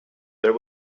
there